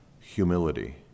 humility